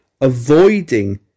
avoiding